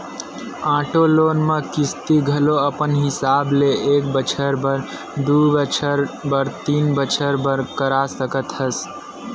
auto loan म किस्ती घलो अपन हिसाब ले एक बछर बर, दू बछर बर, तीन बछर बर करा सकत हस